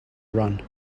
run